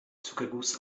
zuckerguss